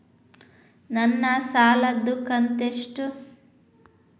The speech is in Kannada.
ನನ್ನ ಸಾಲದು ಕಂತ್ಯಷ್ಟು?